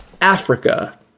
Africa